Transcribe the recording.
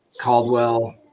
Caldwell